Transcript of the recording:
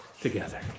together